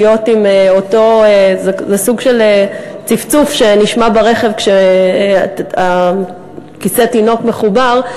אותו סוג של צפצוף שנשמע כשכיסא תינוק מחובר,